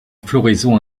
floraison